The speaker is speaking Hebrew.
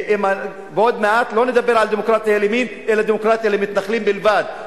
עוד מעט לא נדבר על דמוקרטיה לימין אלא על דמוקרטיה למתנחלים בלבד.